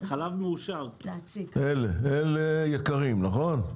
אלה מוצרים יקרים, נכון?